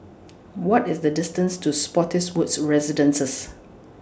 What IS The distance to Spottiswoode Residences